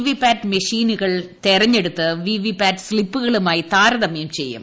V PAT മെഷീനുകൾ തിരഞ്ഞെടുത്ത് VVPAT സ്ലിപ്പുകളുമായി താരതമൃം ചെയ്യും